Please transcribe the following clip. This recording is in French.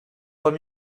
trois